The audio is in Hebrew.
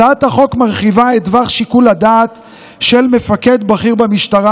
הצעת החוק מרחיבה את טווח שיקול הדעת של מפקד בכיר במשטרה,